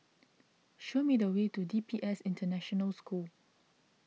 show me the way to D P S International School